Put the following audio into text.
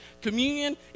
Communion